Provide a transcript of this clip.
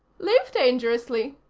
live dangerously,